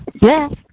Yes